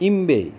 ટીંબે